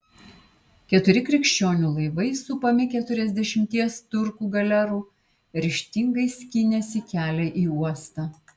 keturi krikščionių laivai supami keturiasdešimties turkų galerų ryžtingai skynėsi kelią į uostą